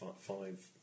Five